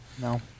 No